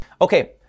Okay